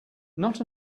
not